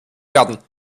werden